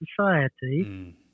society